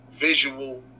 visual